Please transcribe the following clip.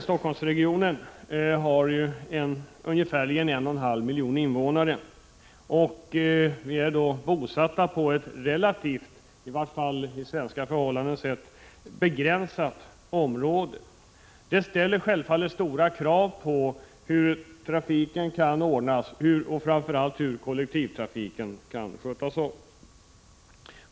Stockholmsregionen har ungefär 1,5 miljoner invånare, bosatta på ett relativt, i varje fall efter svenska förhållanden, begränsat område. Det ställer självfallet stora krav på hur trafiken bör ordnas och framför allt på hur kollektivtrafiken skall skötas om.